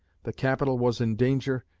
the capital was in danger,